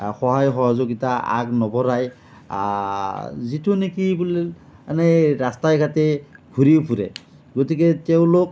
সহায় সহযোগিতা আগ নবঢ়াই যিটো নেকি মানে ৰাস্তাই ঘাটে ঘূৰি ফুৰে গতিকে তেওঁলোক